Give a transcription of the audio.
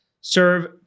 serve